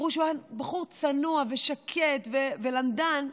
אמרו שהוא היה בחור צנוע ושקט ולמדן,